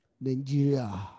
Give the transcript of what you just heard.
Nigeria